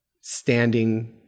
standing